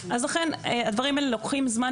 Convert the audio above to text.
לכן הדברים האלה לוקחים זמן,